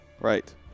Right